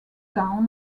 town